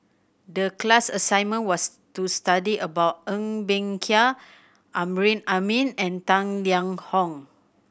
the class assignment was to study about Ng Bee Kia Amrin Amin and Tang Liang Hong